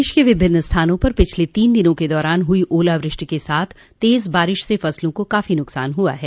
प्रदेश के विभिन्न स्थानों पर पिछले तीन दिनों के दौरान हुई ओलावृष्टि के साथ तेज बारिश से फसलों को काफी नुकसान हुआ है